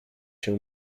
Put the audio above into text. się